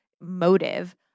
motive